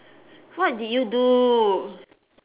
what did you do